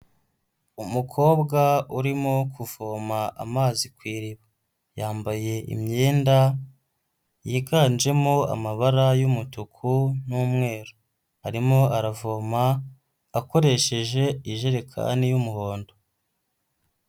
Umukobwa urimo kuvoma amazi ku iriba, yambaye imyenda yiganjemo amabara y'umutuku n'umweru, arimo aravoma akoresheje ijerekani y'umuhondo.